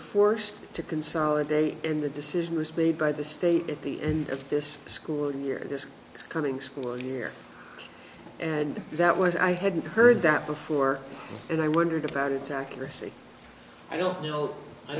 forced to consolidate in the decision was made by the state at the end of this school year this coming school year and that was i hadn't heard that before and i wondered about its accuracy i don't know i